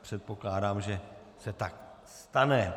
Předpokládám, že se tak stane.